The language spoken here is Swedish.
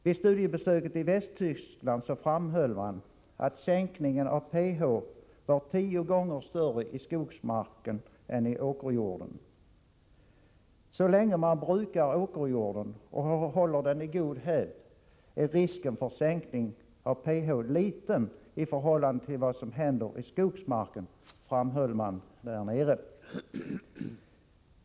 Vid studiebesöket i Västtyskland framhölls att sänkningen av pH var tio gånger större i skogsmarken än i åkerjorden. Så länge åkerjorden brukas och hålls i god hävd är risken för sänkning av pH liten i förhållande till vad som händer i skogsmarken, framhöll man där nere.